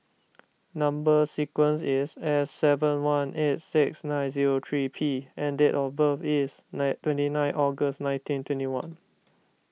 Number Sequence is S seven one eight six nine zero three P and date of birth is nine twenty nine August nineteen twenty one